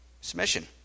Submission